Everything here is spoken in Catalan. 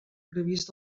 previst